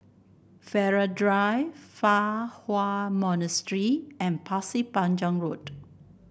Farrer Drive Fa Hua Monastery and Pasir Panjang Road